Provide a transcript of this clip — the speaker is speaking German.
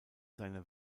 seine